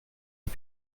aux